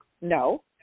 No